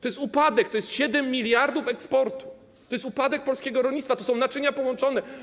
To jest upadek, to jest 7 mld eksportu, to jest upadek polskiego rolnictwa, to są naczynia połączone.